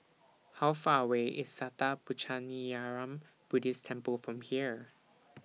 How Far away IS Sattha Puchaniyaram Buddhist Temple from here